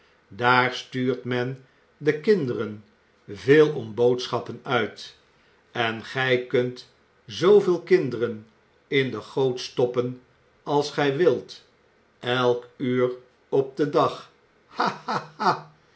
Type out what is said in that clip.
daar stuurt men de kinderen veel om boodschappen uit en gij kunt zooveel kinderen in de goot stoppen als gij wilt elk uur op den dag